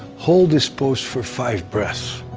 hold this pose for five breaths.